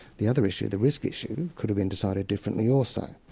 the other issue, the risk issue, could have been decided differently also.